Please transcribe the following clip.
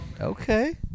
Okay